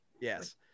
Yes